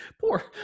poor